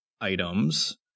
items